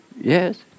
Yes